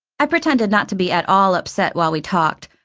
i pretended not to be at all upset while we talked,